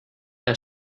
der